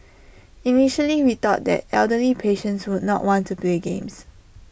initially we thought that elderly patients would not want to play games